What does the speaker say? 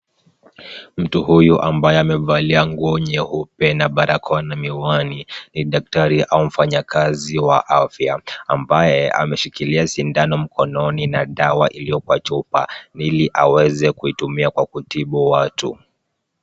Mtu huyu ambaye amevalia nguo nyeupe na barakoa na miwani, ni daktari au mfanyikazi wa afya ambaye ameshikilia sindano mkononi na dawa iliyokuwa kwa chupa ili aweze kuitumia kwa kutibu watu.